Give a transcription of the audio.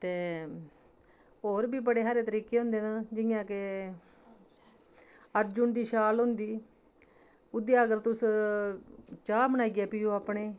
ते होर बी बड़े हारे तरीके होंदे न जि'यां के अर्जुन दी शाल होंदी ओह्दी अगर तुस चाह् बनाइयै पियो अपने